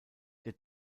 der